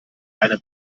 eine